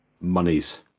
Monies